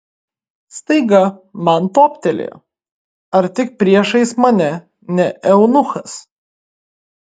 staiga man toptelėjo ar tik priešais mane ne eunuchas